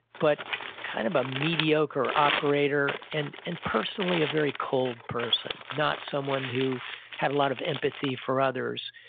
but kind of a mediocre operator and and personally, a very cold person. not someone who had a lot of empathy for others.